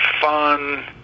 fun